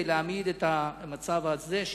במשרד שלך להעמיד את המצב הזה,